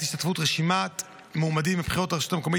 השתתפות רשימת מועמדים בבחירות לרשויות המקומיות,